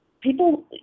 people